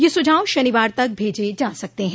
ये सुझाव शनिवार तक भेजे जा सकते हैं